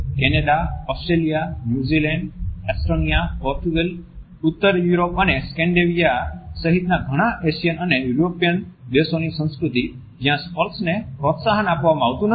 A Canada Australia New Zealand Estonia Portugal ઉત્તરીય Europe અને Scandinavia સહિતના ઘણા એશિયન અને યુરોપિયન દેશોની સંસ્કૃતિ જ્યાં સ્પર્શને પ્રોત્સાહન આપવામાં આવતું નથી